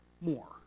more